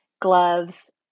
gloves